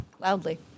loudly